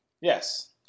Yes